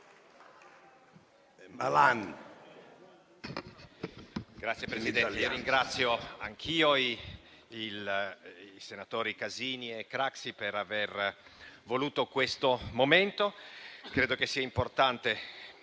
Signor Presidente, ringrazio anch'io i senatori Casini e Craxi per aver voluto questo momento. Credo che sia importante